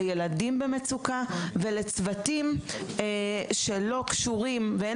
לילדים במצוקה ולצוותים שלא קשורים ואין